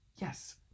Yes